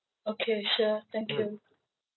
okay sure thank you